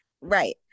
right